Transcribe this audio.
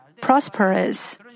prosperous